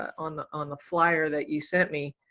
on the on the flyer that you sent me